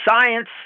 science